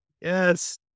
Yes